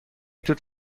توت